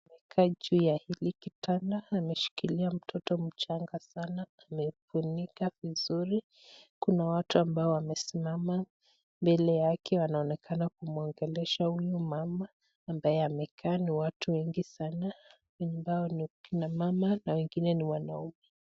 Aliyekaa juu ya hili kitanda ameshikilia mtoto mchanga sana amemfunika vizuri kuna watu ambao wamesimama mbele yake wanaonekana kumwongelesha huyu mama ambaye amekaa, ni watu wengi sana ambao ni kina mama na wengine ni wanaume.